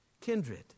Kindred